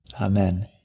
Amen